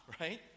right